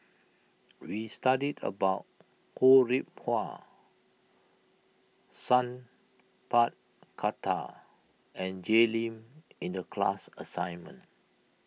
we studied about Ho Rih Hwa Sat Pal Khattar and Jay Lim in the class assignment